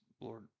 Lord